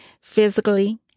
physically